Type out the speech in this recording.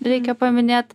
reikia paminėt